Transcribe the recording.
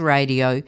Radio